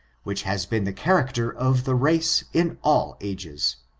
which has been the character of the race in all ages.